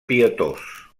pietós